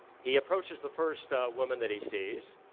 he approaches the first woman that he sees,